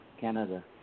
Canada